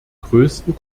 größten